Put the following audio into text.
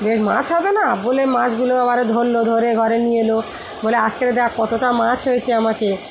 বেশ মাছ হবে না বলে মাছগুলো আবারে ধরলো ধরে ঘরে নিয়ে এলো বলে আজকে দেখ কতটা মাছ হয়েছে আমাকে